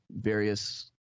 various